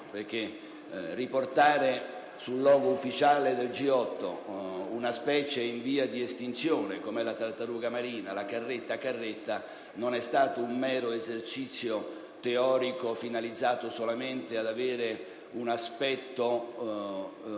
riportare sul logo ufficiale del G8 una specie in via di estinzione, quale la tartaruga marina "Caretta Caretta", non è stato un mero esercizio teorico finalizzato solamente ad avere un riscontro